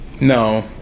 No